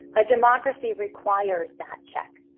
a democracy requires that check.